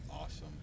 Awesome